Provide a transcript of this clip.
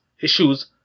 issues